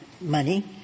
money